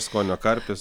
skonio karpis